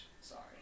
Sorry